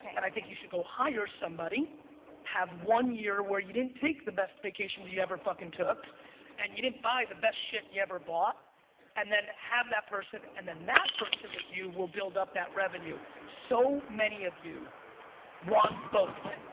and i think you should go hire somebody have one year where you didn't take the best vacations you ever fuckin' took and you didn't buy the best shit you ever bought and then have that person and then that person with you will build up that revenue. so many of you want both.